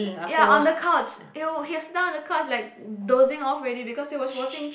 ya on the couch !eww! he will sit down on the couch like dozing off already because he was watching